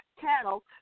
cattle